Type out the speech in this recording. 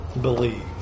believe